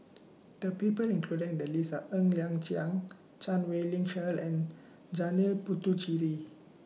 The People included in The list Are Ng Liang Chiang Chan Wei Ling Cheryl and Janil Puthucheary